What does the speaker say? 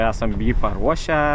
esam jį paruošę